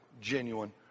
genuine